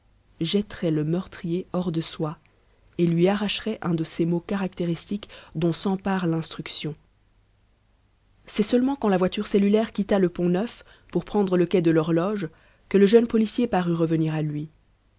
jetteraient le meurtrier hors de soi et lui arracheraient un de ces mots caractéristiques dont s'empare l'instruction c'est seulement quand la voiture cellulaire quitta le pont-neuf pour prendre le quai de l'horloge que le jeune policier parut revenir à lui